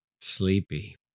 sleepy